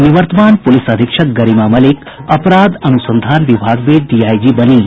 निवर्तमान पुलिस अधीक्षक गरिमा मलिक अपराध अनुसंधान विभाग में डीआईजी बनीं